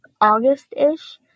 August-ish